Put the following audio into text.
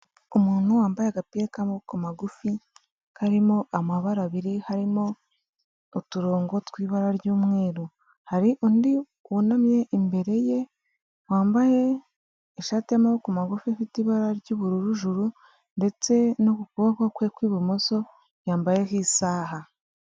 Umuntu wambaye agapira k'amaboko magufi karimo amabara abiri, harimo uturongo tw'ibara ry'umweru, hari undi wunamye imbere ye wambaye ishati y'amaboko magufi ifite ibara ry'ubururu ijuru, ndetse no ku kuboko kwe kw'ibumoso yambayeho isaha.